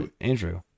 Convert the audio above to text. Andrew